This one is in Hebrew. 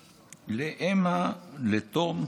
לאמה, לתום,